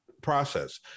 process